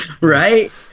Right